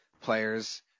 players